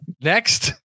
next